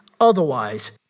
otherwise